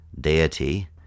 deity